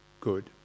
good